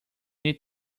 need